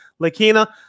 lakina